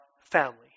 family